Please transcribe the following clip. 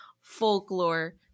folklore